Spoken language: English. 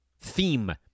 theme